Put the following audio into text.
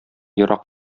ерак